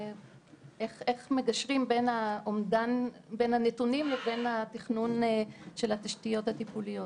- איך מגשרים בין הנתונים לבין תכנון התשתיות הטיפוליות.